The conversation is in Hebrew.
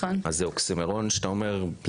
אז אוקסימורון שגורם לך לשאול,